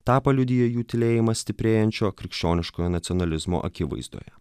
tą paliudija jų tylėjimas stiprėjančio krikščioniškojo nacionalizmo akivaizdoje